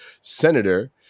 Senator